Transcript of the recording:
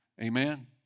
Amen